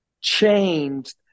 changed